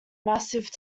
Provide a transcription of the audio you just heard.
massive